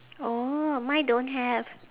orh mine don't have